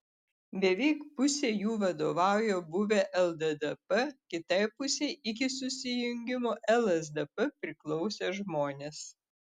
beveik pusei jų vadovauja buvę lddp kitai pusei iki susijungimo lsdp priklausę žmonės